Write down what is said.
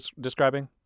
describing